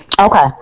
okay